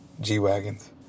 G-Wagons